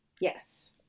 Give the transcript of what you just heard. Yes